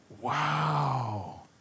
Wow